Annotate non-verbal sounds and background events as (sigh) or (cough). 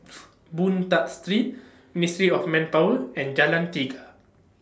(noise) Boon Tat Street Ministry of Manpower and Jalan Tiga